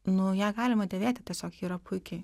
nu ją galima dėvėti tiesiog ji yra puikiai